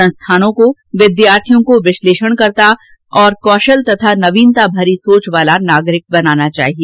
संस्थानों को विद्यार्थियों को विश्लेषणकर्ता तथा कौशल और नवीनता भरी सोच वाला नागरिक बनाना चाहिए